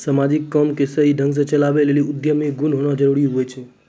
समाजिक काम के सही ढंग से चलावै लेली उद्यमी गुण होना जरूरी हुवै छै